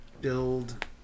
build